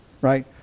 Right